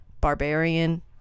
barbarian